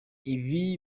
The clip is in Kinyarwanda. ibi